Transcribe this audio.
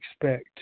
expect